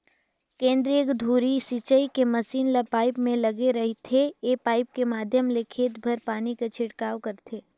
केंद्रीय धुरी सिंचई के मसीन म पाइप लगे रहिथे ए पाइप के माध्यम ले खेत भर पानी कर छिड़काव करथे